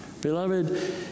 Beloved